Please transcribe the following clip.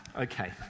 okay